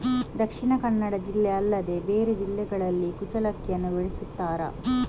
ದಕ್ಷಿಣ ಕನ್ನಡ ಜಿಲ್ಲೆ ಅಲ್ಲದೆ ಬೇರೆ ಜಿಲ್ಲೆಗಳಲ್ಲಿ ಕುಚ್ಚಲಕ್ಕಿಯನ್ನು ಬೆಳೆಸುತ್ತಾರಾ?